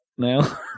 now